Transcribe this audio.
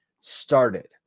started